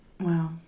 Wow